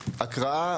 הקראה,